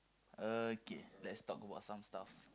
okay let's talk about some stuff